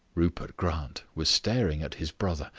rupert grant was staring at his brother,